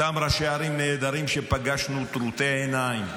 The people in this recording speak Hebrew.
אותם ראשי ערים נהדרים שפגשנו טרוטי עיניים: